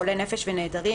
חולי נפש ונעדרים),